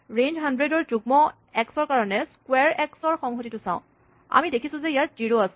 range ১০০ ৰ যুগ্ম x ৰ কাৰণে ক্সোৱাৰ এক্স ৰ সংহতিটো চাওঁ আমি দেখিছোঁ যে ইয়াত জিৰ' আছে